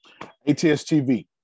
ATS-TV